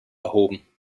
erhoben